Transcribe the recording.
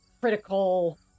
critical